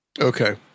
Okay